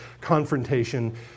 confrontation